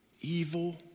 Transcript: evil